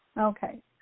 Okay